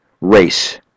race